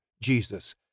Jesus